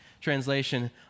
translation